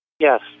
Yes